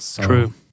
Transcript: True